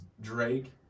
Drake